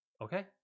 Okay